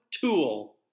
tool –